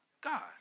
God